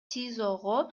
тизого